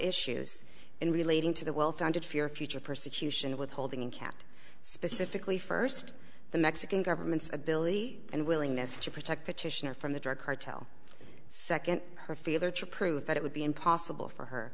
issues in relating to the well founded fear future persecution of withholding and kept specifically first the mexican government's ability and willingness to protect petitioner from the drug cartel second her feeler to prove that it would be impossible for her